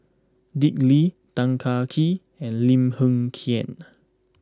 Dick Lee Tan Kah Kee and Lim Hng Kiang